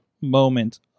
moment